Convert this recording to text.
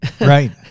Right